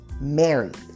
married